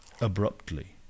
abruptly